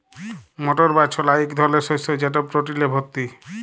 মটর বা ছলা ইক ধরলের শস্য যেট প্রটিলে ভত্তি